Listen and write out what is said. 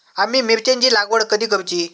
आम्ही मिरचेंची लागवड कधी करूची?